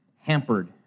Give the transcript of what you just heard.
hampered